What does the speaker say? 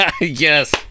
Yes